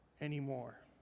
anymore